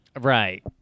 Right